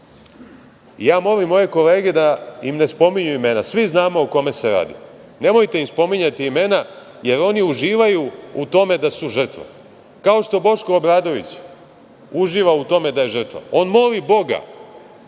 molim moje kolege da im ne spominju imena. Svi znamo o kome se radi. Nemojte im spominjati imena, jer oni uživaju u tome da su žrtve, kao što Boško Obradović uživa u tome da je žrtva. On moli Boga